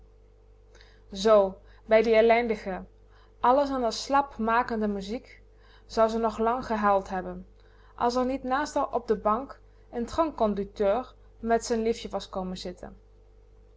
bij die ellendige alles in r slap makende muziek zou ze nog lang gehuild hebben als r niet naast r op de bank n tramconducteur met z'n liefie was komen zitten